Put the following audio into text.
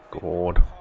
god